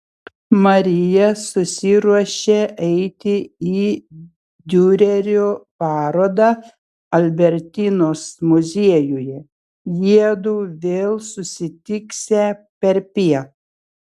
marija susiruošė eiti į diurerio parodą albertinos muziejuje jiedu vėl susitiksią perpiet